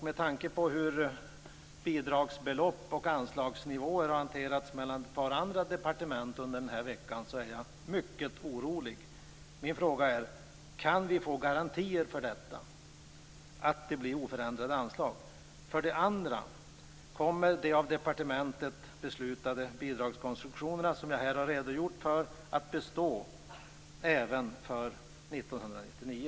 Med tanke på hur bidragsbelopp och anslagsnivåer har hanterats mellan ett par andra departement under veckan är jag mycket orolig. Kan vi få garantier för att det blir oförändrade anslag? Kommer för det andra de av departementet beslutade bidragskonstruktionerna, som jag här har redogjort för, att bestå även för 1999?